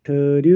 ٹھٔہرِ